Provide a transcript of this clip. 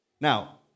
Now